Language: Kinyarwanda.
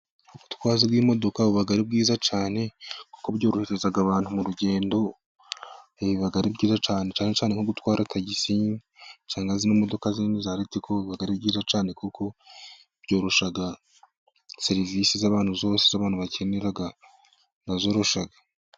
Ubutwazi bw'imodoka buba ari bwiza cyane kuko byorohereza abantu mu rugendo biba ari byiza cyane, cyane cyane nko gutwara tagisi cyangwa zino modoka nini za ritiko biba ari byiza cyane, kuko byorosha serivisi z'abantu zose z'abantu bakenera bira zorusha.